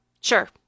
sure